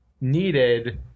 needed